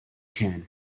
can